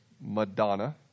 Madonna